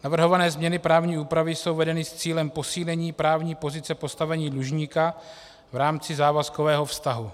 Navrhované změny právní úpravy jsou vedeny s cílem posílení právní pozice postavení dlužníka v rámci závazkového vztahu.